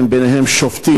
ביניהם שופטים,